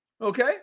okay